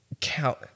Count